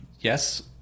yes